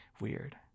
weird